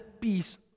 peace